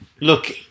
look